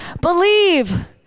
believe